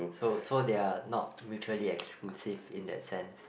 so so they are not mutually exclusive in that sense